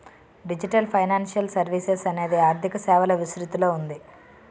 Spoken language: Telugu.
డిజిటల్ ఫైనాన్షియల్ సర్వీసెస్ అనేది ఆర్థిక సేవల విస్తృతిలో ఉంది